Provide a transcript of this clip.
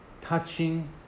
touching